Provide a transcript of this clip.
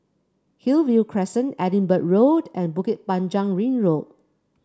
Hillview Crescent Edinburgh Road and Bukit Panjang Ring Road